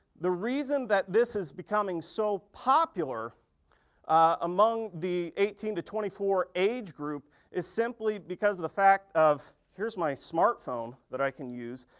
the reason that this is becoming so popular among the eighteen twenty four age group is simply because of the fact of here's my smart phone, that i can use,